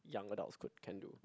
young adults could can do